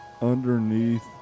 underneath